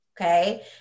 Okay